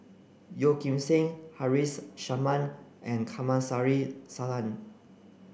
Yeo Kim Seng Haresh Sharma and Kamsari Salam